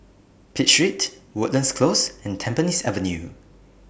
Pitt Street Woodlands Close and Tampines Avenue